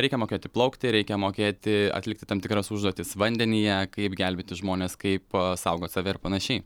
reikia mokėti plaukti reikia mokėti atlikti tam tikras užduotis vandenyje kaip gelbėti žmones kaip saugot save ir panašiai